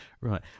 Right